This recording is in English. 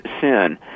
sin